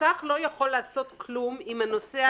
הפקח לא יכול לעשות כלום אם הנוסע